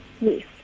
Yes